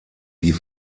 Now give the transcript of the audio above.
die